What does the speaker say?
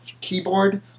keyboard